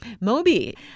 Moby